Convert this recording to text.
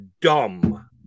dumb